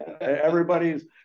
everybody's